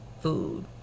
food